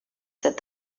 said